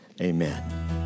Amen